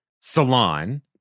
Salon